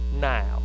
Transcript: now